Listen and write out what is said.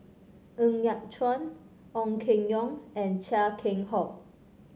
Ng Yat Chuan Ong Keng Yong and Chia Keng Hock